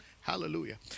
Hallelujah